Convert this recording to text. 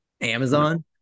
amazon